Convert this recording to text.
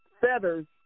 feathers